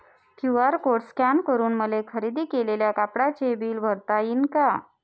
QR code scan करून मले खरेदी केलेल्या कापडाचे बिल भरता यीन का?